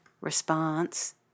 response